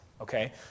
Okay